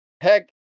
Heck